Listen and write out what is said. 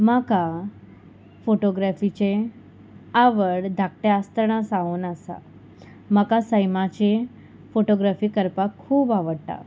म्हाका फोटोग्रेफीचे आवड धाकट्या आसतना सावून आसा म्हाका सैमाची फोटोग्राफी करपाक खूब आवडटा